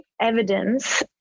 evidence